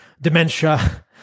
dementia